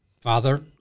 Father